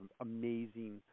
amazing